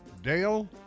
Dale